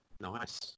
Nice